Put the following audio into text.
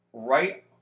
Right